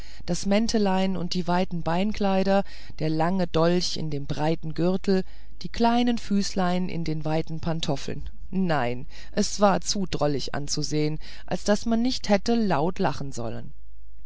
das mäntelein und die weiten beinkleider der lange dolch in dem breiten gürtel die kleinen füßlein in den weiten pantoffeln nein es war zu drollig anzusehen als daß man nicht hätte laut lachen sollen